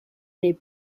n’est